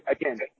Again